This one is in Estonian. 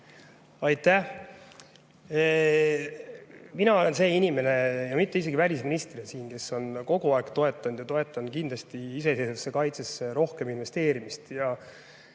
Aitäh! Mina olen see inimene, ja mitte ainult välisministrina, kes on kogu aeg toetanud ja toetan kindlasti iseseisvasse kaitsesse rohkem investeerimist.